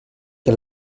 que